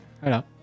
Voilà